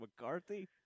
McCarthy